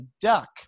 duck